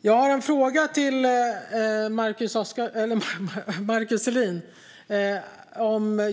Jag har några frågor till Markus Selin